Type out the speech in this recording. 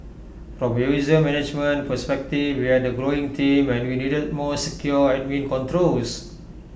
from A user management perspective we had A growing team and we needed more secure admin controls